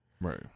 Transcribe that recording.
Right